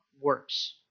works